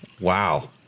Wow